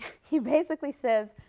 he basically says,